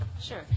Sure